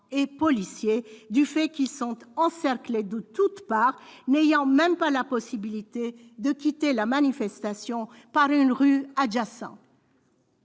ces derniers étant encerclés de toutes parts et n'ayant même pas la possibilité de quitter la manifestation par une rue adjacente.